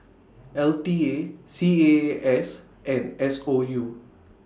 L T A C A A S and S O U